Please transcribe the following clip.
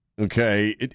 okay